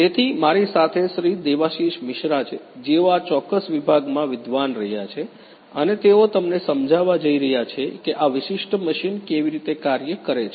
તેથી મારી સાથે શ્રી દેવાશિષ મિશ્રા છે જેઓ આ ચોક્કસ વિભાગમાં વિદ્વાન રહ્યા છે અને તેઓ તમને સમજાવવા જઈ રહ્યા છે કે આ વિશિષ્ટ મશીન કેવી રીતે કાર્ય કરે છે